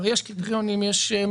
הרי יש קריטריונים, יש מבחנים.